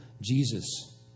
Jesus